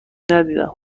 ندیدم